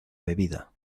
bebida